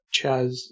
Chaz